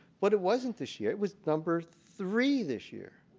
but it wasn't this year. it was number three this year.